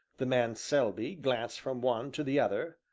the man selby glanced from one to the other,